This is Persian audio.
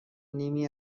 نیمی